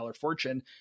fortune